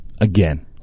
Again